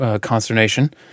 consternation